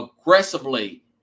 aggressively